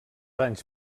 anys